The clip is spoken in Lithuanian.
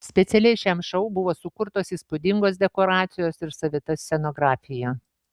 specialiai šiam šou buvo sukurtos įspūdingos dekoracijos ir savita scenografija